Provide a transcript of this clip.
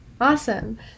Awesome